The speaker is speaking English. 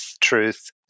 truth